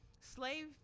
slave